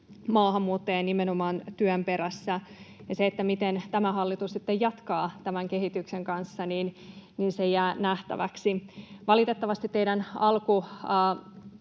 maahanmuuttajia nimenomaan työn perässä. Se, miten tämä hallitus sitten jatkaa tämän kehityksen kanssa, jää nähtäväksi. Valitettavasti teidän alkutaipaleenne